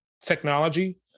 technology